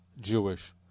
Jewish